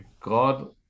God